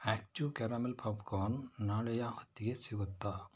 act two caramel popcorn ನಾಳೆಯ ಹೊತ್ತಿಗೆ ಸಿಗುತ್ತಾ